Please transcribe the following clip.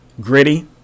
gritty